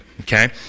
Okay